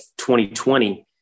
2020